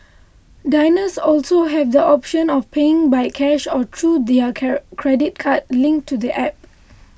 diners also have the option of paying by cash or through their care credit card linked to the App